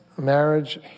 marriage